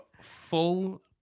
full